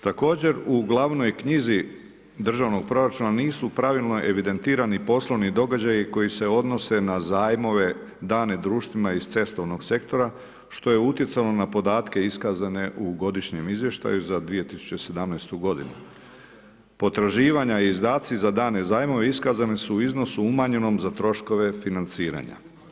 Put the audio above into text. Također u gl. knjizi državnog proračuna, nisu pravilno evidentirani poslovni događaji, koji se odnose na zajmove dane društvima iz cestovnog sektora, što je utjecalo na podatke iskazane u godišnjem izvještaju za 2017. g. Potraživanja i izdaci za dane zajmove, iskazane su u iznosu u manjenom za troškove financiranja.